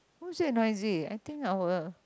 how is that noisy I think our